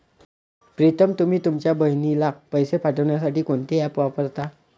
प्रीतम तुम्ही तुमच्या बहिणीला पैसे पाठवण्यासाठी कोणते ऍप वापरता?